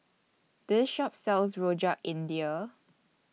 This Shop sells Rojak India